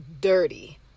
dirty